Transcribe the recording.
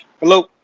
Hello